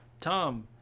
tom